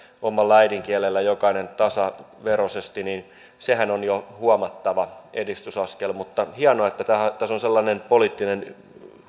omalla äidinkielellä jokainen tasaveroisesti niin sehän on jo huomattava edistysaskel mutta hienoa että tässä on sellainen poliittinen